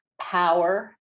power